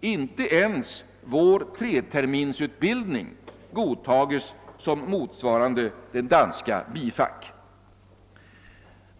Inte ens vår 3-terminsutbildning godtas såsom motsvarande den danska bifack.